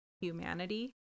humanity